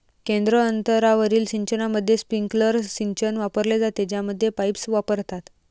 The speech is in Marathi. केंद्र अंतरावरील सिंचनामध्ये, स्प्रिंकलर सिंचन वापरले जाते, ज्यामध्ये पाईप्स वापरतात